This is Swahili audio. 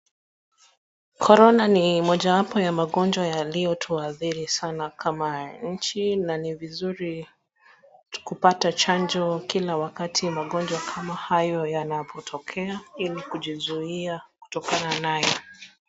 Korona ni mojawapo ya magonjwa yaliyotuadhiri sana kama nchi na ni vizuri kupata chanjo kila wakati magonjwa kama hayo yanapotokea ili kujizuia kutokana nayo.